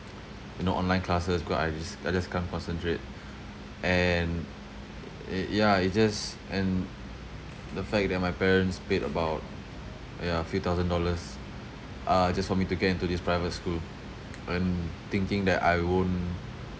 you know online classes because I just I just can't concentrate and uh ya it just and the fact that my parents paid about ya few thousand dollars uh just for me to get into this private school but then thinking that I won't